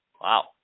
Wow